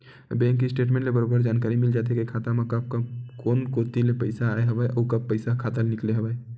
bank statement ले बरोबर जानकारी मिल जाथे के खाता म कब कोन कोती ले पइसा आय हवय अउ कब पइसा ह खाता ले निकले हवय